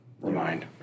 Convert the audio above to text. remind